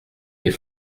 des